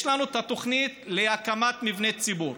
יש לנו את התוכנית להקמת מבני ציבור.